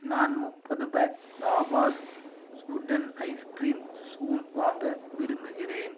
நான் முப்பது பேக் நாபாஸ் உட்டன் ஐஸ்க்ரீம் ஸ்பூன் வாங்க விரும்புகிறேன்